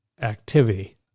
activity